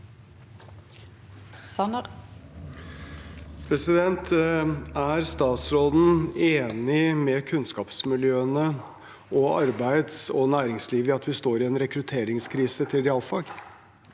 Er statsråden enig med kunnskapsmiljøene og arbeids- og næringslivet i at vi står i en rekrutteringskrise for realfag?